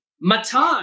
Matan